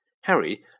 Harry